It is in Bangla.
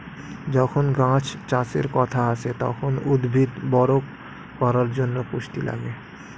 যখন গাছ চাষের কথা আসে, তখন উদ্ভিদ বড় করার জন্যে পুষ্টি লাগে